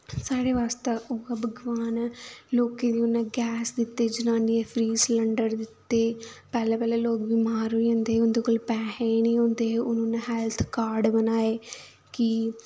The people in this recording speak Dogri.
साढ़े बास्तै उ'ऐ भगवान ऐ लोकें गी उन्नै गैस दित्ती जनानियें गी फ्री सलंडर दित्ते पैह्लें पैह्लें लोग बमार होई जंदे हे उं'दे कोल पैहे नी होंदे हे हून उन्नै हैल्थ कार्ड बनाए कि